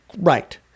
Right